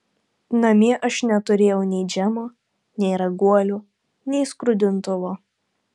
namie aš neturėjau nei džemo nei raguolių nei skrudintuvo